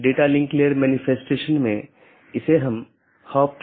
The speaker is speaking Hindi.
यह एक बड़े आईपी नेटवर्क या पूरे इंटरनेट का छोटा हिस्सा है